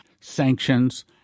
sanctions